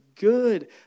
good